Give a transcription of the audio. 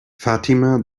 fatima